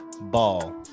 Ball